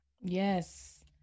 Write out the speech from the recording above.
Yes